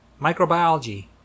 Microbiology